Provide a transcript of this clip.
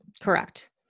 Correct